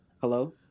hello